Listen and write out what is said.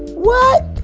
what?